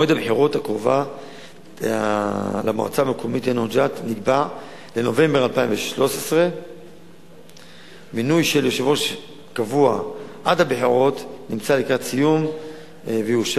מועד הבחירות הקרוב למועצה המקומית יאנוח-ג'ת נקבע לנובמבר 2013. מינוי של יושב-ראש קבוע עד הבחירות נמצא לקראת סיום ויאושר,